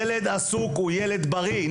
ילד עסוק הוא ילד בריא.